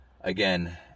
Again